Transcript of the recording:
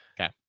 okay